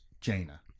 Jaina